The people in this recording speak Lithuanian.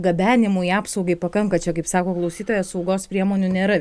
gabenimui apsaugai pakanka čia kaip sako klausytojas saugos priemonių nėra